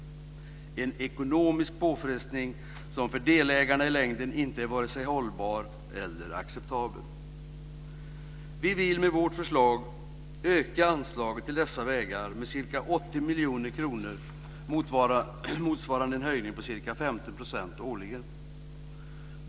Det är en ekonomisk påfrestning som varken är hållbar eller acceptabel i längden för delägarna. Med vårt förslag vill vi öka anslaget till dessa vägar med ca 80 miljoner kronor, vilket motsvarar en höjning med ca 50 % årligen.